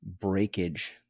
breakage